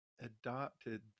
adopted